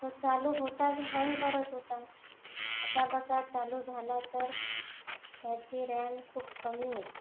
तो चालू होताच हँग करत होता कसाबसा चालू झाला तर त्याची रॅम खूप कमी होती